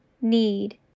need